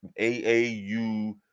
AAU